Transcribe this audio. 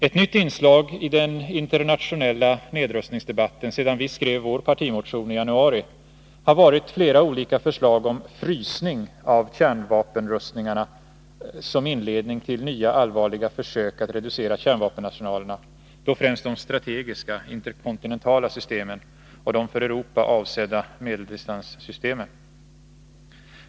Ett nytt inslag i den internationella nedrustningsdebatten sedan vi skrev vår partimotion i januari har varit flera olika förslag om ”frysning” av kärnvapenrustningarna som inledning till nya allvarliga försök att reducera kärnvapenarsenalerna — då främst de strategiska, interkontinentala systemen och de för Europa avsedda medeldistanssystemen.